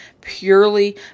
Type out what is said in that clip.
purely